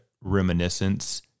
Reminiscence